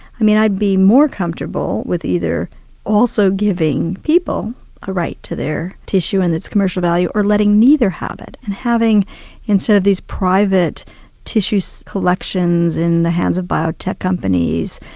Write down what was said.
i'd be more comfortable with either also giving people a right to their tissue and its commercial value, or letting neither have it. and having instead of these private tissue so collections in the hands of biotech companies,